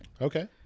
okay